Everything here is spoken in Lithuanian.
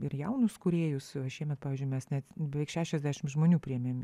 ir jaunus kūrėjus šiemet pavyzdžiui mes net beveik šešiasdešim žmonių priėmėm